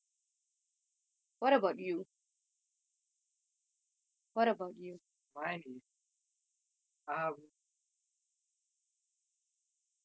mine is um my pettiest reason is a guy I'm an extrovert I